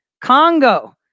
Congo